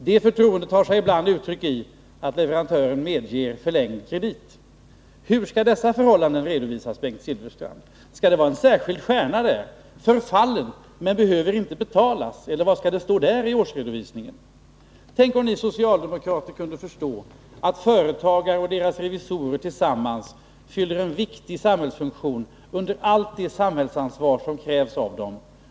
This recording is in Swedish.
Det förtroendet tar sig ibland uttryck i att en leverantör medger förlängd kredit. Hur skall sådana förhållanden redovisas, Bengt Silfverstrand? Skall det vara en särskild stjärna för ”förfallen, men behöver inte betalas”, eller vad skall det stå i årsredovisningen? Tänk om ni socialdemokrater kunde förstå att företagare och deras revisorer tillsammans fyller en viktig samhällsfunktion under allt det samhällsansvar som krävs av dem.